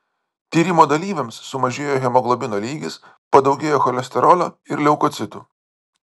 tyrimo dalyviams sumažėjo hemoglobino lygis padaugėjo cholesterolio ir leukocitų